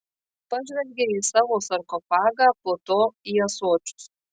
pažvelgė į savo sarkofagą po to į ąsočius